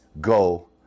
go